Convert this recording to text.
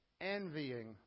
envying